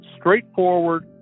straightforward